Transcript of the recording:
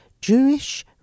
Jewish